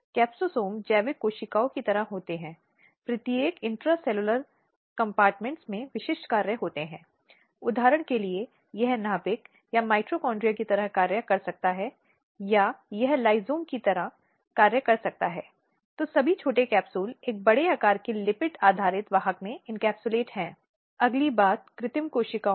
कई बार परिवार में बुजुर्ग महिलाओं के मामले में या ऐसे मामलों की रिपोर्ट की गई है जिनमें परिवार में बुजुर्ग महिलाओं के साथ बुजुर्गों की रिपोर्ट की गई है जिनके बेटे और बहू या परिवार के अन्य सदस्यों द्वारा आक्रामक व्यवहार किया गया है